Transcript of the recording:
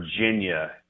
Virginia